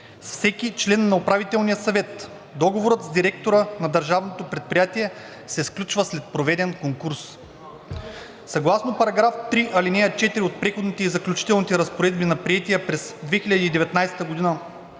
Съгласно § 3, ал. 4 от Преходните и заключителните разпоредби на приетия през 2019 г.